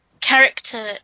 character